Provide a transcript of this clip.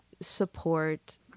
support